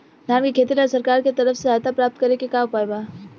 धान के खेती ला सरकार के तरफ से सहायता प्राप्त करें के का उपाय बा?